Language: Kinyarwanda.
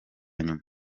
nyuma